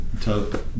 tell